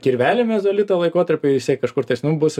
kirvelį mezolito laikotarpio jisai kažkur tais nu bus